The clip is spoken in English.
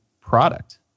product